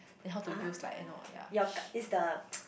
ah your card is the